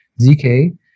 ZK